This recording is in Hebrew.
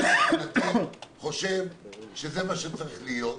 אני, מבחינתי, חושב שזה מה שצריך להיות,